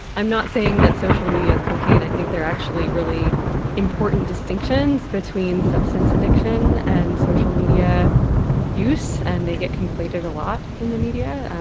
i'm not saying that social media is cocaine. i think there are actually really important distinctions between substance addiction and social media use, and they get conflated a lot in the media.